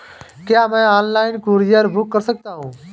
क्या मैं online courier book कर सकता हूँ?